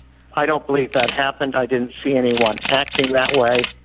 i don't believe that happened, i didn't see anyone acting that way,